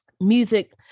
music